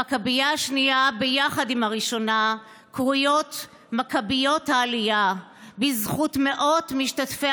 המכבייה השנייה והראשונה קרויות ביחד מכביות העלייה בזכות מאות משתתפי